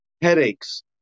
headaches